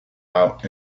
out